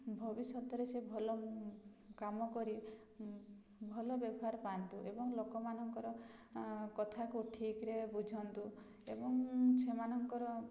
ଭବିଷ୍ୟତରେ ସେ ଭଲ କାମ କରି ଭଲ ବ୍ୟବହାର ପାଆନ୍ତୁ ଏବଂ ଲୋକମାନଙ୍କର କଥାକୁ ଠିକ୍ରେ ବୁଝନ୍ତୁ ଏବଂ ସେମାନଙ୍କର